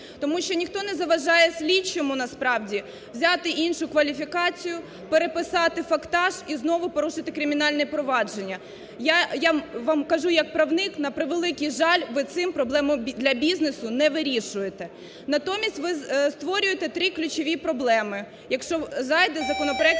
Тому що ніхто не заважає слідчому насправді взяти іншу кваліфікацію, переписати фактаж і знову порушити кримінальне провадження. Я вам кажу, як правник, на превеликий жаль, ви цим проблему для бізнесу не вирішуєте. Натомість ви створюєте три ключові проблеми,